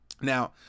Now